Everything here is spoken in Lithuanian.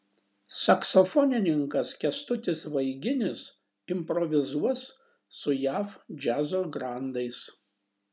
saksofonininkas kęstutis vaiginis improvizuos su jav džiazo grandais